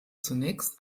zunächst